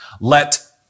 let